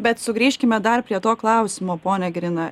bet sugrįžkime dar prie to klausimo pone grina